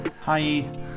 Hi